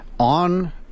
on